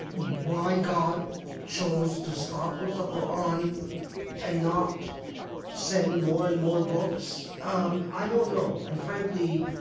why god chose to stop with the qur'an and not send more and more books, um i don't know. and, frankly,